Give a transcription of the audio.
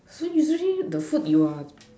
so usually the food you are